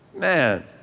Man